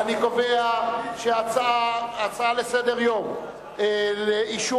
1. אני קובע שההצעות לסדר-היום על אישור